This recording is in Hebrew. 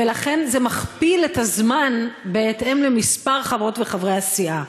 ולכן זה מכפיל את הזמן בהתאם למספר חברות וחברי הסיעה.